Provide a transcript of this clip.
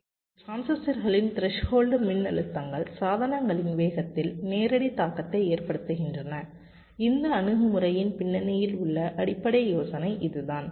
எனவே டிரான்சிஸ்டர்களின் த்ரெஸ்ஹோல்டு மின்னழுத்தங்கள் சாதனங்களின் வேகத்தில் நேரடி தாக்கத்தை ஏற்படுத்துகின்றன இந்த அணுகுமுறையின் பின்னணியில் உள்ள அடிப்படை யோசனை இது தான்